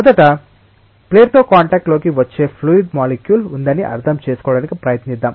మొదట ప్లేట్తో కాంటాక్ట్ లోకి వచ్చే ఫ్లూయిడ్ మాలిక్యుల్ ఉందని అర్థం చేసుకోవడానికి ప్రయత్నిద్దాం